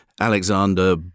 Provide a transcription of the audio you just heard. Alexander